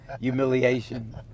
humiliation